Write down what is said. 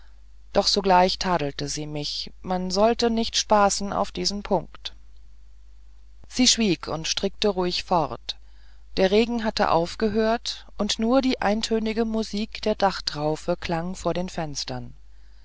doch sogleich tadelte sie sich man sollte nicht spaßen auf diesen punkt sie schwieg und strickte ruhig fort der regen hatte aufgehört nur die eintönige musik der dachtraufen klang vor den fenstern